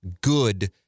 good